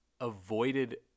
avoided